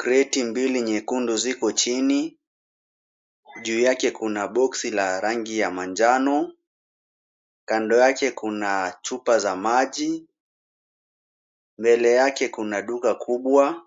Kreti mbili nyekundu ziko chini, juu yake kuna boksi la rangi ya manjano, kando yake kuna chupa za maji, mbele yake kuna duka kubwa,